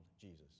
Jesus